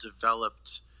developed